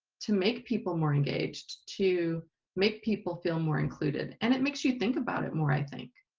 to make people more engaged to make people feel more included and it makes you think about it more i think.